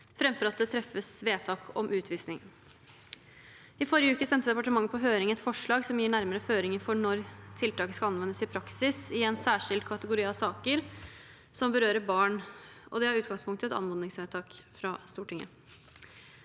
framfor at det treffes vedtak om utvisning. I forrige uke sendte departementet på høring et forslag som gir nærmere føringer for når tiltaket skal anvendes i praksis i en særskilt kategori av saker som berører barn. Det har utgangspunkt i et anmodningsvedtak fra Stortinget.